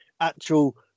actual